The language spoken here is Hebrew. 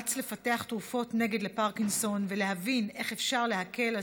במאמץ לפתח תרופות נגד לפרקינסון ולהבין איך אפשר להקל את